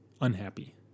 unhappy